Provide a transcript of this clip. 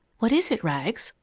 what is it, rags?